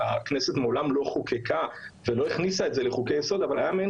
הכנסת מעולם לא חוקקה ולא הכניסה את זה לחוקי יסוד אבל היה מעין